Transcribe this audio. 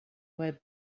web